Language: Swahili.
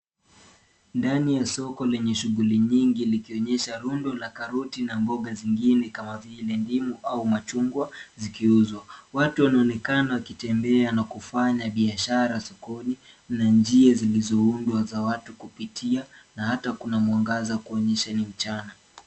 Ndani ya soko lenye shughuli nyingi likionyesha rundo la karoti na mboga zingine kama vile ndimu au machungwa zikiuzwa. Watu wanaonekana wakitembea na kufanya biashara sokoni na njia zilizoundwa za watu kupitia na hata kuna mwangaza kuonyesha ni mchana.